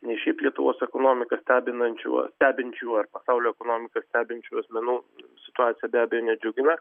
ne šiaip lietuvos ekonomiką stebinančių stebinčių ar pasaulio ekonomiką stebinčių asmenų situacija be abejo nedžiugina